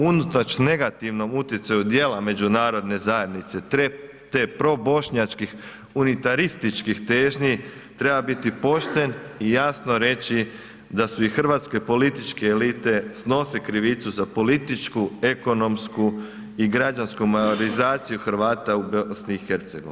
Unatoč negativnom utjecaju dijela međunarodne zajednice te probošnjačkih unitarističkih težnji treba biti pošten i jasno reći da su i hrvatske političke elite snose krivicu za političku, ekonomsku i građansku majorizaciju Hrvata u BiH.